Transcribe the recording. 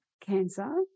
cancer